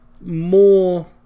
more